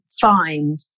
find